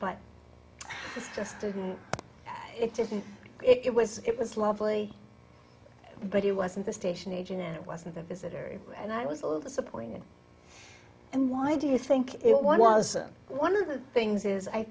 didn't it was it was lovely but it wasn't the station agent and it wasn't the visitor and i was a little disappointed and why do you think it was one of the things is i